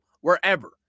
wherever